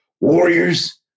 Warriors